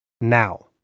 now